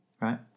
right